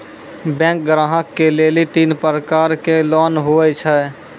Bank ग्राहक के लेली तीन प्रकर के लोन हुए छै?